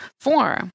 Four